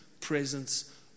presence